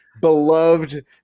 beloved